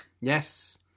Yes